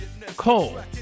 Cole